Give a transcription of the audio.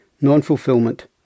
non-fulfillment